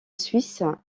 suisse